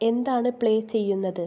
എന്താണ് പ്ലേ ചെയ്യുന്നത്